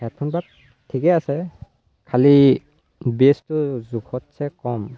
এখন পাত ঠিকেই আছে খালি বেজটো জোখতছে কম